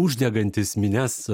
uždegantys minias